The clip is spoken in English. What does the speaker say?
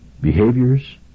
behaviors